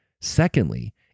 Secondly